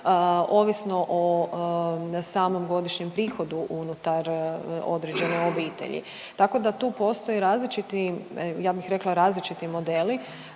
ovisno o samom godišnjem prihodu unutar određene obitelji. Tako da tu postoje različiti, ja bih rekla različiti modeli.